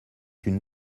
une